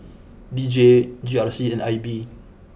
D J G R C and I B